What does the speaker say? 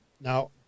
now